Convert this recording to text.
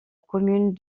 commune